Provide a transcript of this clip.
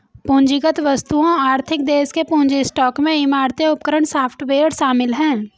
पूंजीगत वस्तुओं आर्थिक देश के पूंजी स्टॉक में इमारतें उपकरण सॉफ्टवेयर शामिल हैं